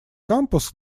кампус